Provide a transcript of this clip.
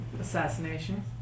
assassination